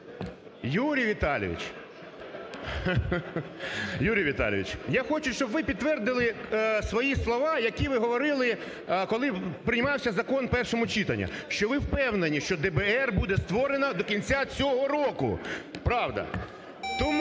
Юрій Віталійович, я хочу, щоб ви підтвердили свої слова, які ви говорили, коли приймався закон у першому читанні, що ви впевнені, що ДБР буде створено до кінця цього року. Правда.